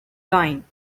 dying